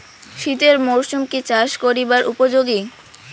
শীতের মরসুম কি চাষ করিবার উপযোগী?